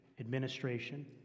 administration